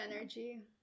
energy